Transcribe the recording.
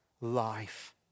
life